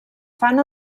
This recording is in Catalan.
fan